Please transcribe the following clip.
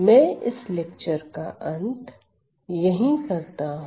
मैं इस लेक्चर का अंत यही करता हूं